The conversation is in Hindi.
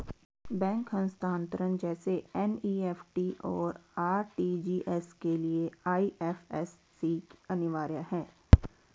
बैंक हस्तांतरण जैसे एन.ई.एफ.टी, और आर.टी.जी.एस के लिए आई.एफ.एस.सी अनिवार्य है